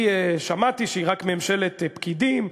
שמעתי שהיא רק ממשלת פקידים,